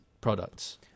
products